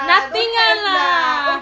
nothing [one] lah